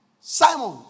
Simon